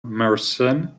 mersenne